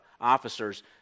officers